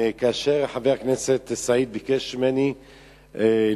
כאשר חבר הכנסת סעיד ביקש ממני להישאר,